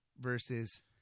versus